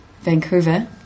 Vancouver